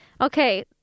Okay